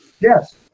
Yes